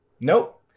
Nope